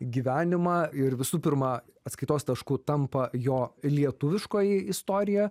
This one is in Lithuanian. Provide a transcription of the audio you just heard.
gyvenimą ir visų pirma atskaitos tašku tampa jo lietuviškoji istorija